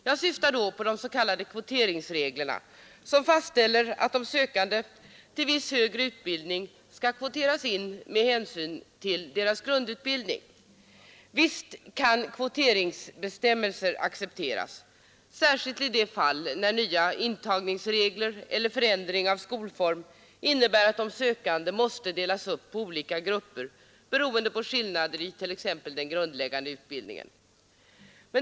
Jag syftar då på de s.k. kvoteringsreglerna som fastställer att de sökande till viss högre utbildning skall kvoteras in med hänsyn till deras grundutbildning. Visst kan kvoteringsprincipen accepteras, särskilt i de fall när nya intagningsregler eller förändring av skolform innebär att de sökande måste delas upp i grupper, beroende på skillnader i t.ex. den grundläggande utbildningen.